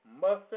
mustard